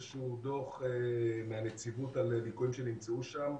שהוא דוח מהנציבות על ליקויים שנמצאו שם.